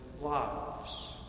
lives